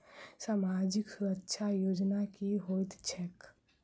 सामाजिक सुरक्षा योजना की होइत छैक?